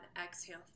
Exhale